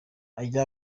ujye